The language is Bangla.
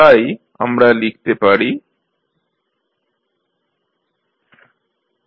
তাই আমরা লিখতে পারি i1Rdψdt1LψCd2dt2